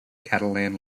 catalan